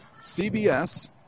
CBS